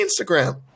Instagram